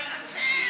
בבקשה.